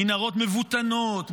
מנהרות מבוטנות,